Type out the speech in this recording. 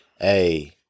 Hey